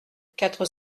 quatre